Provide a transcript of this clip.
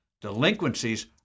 Delinquencies